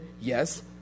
Yes